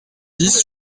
dix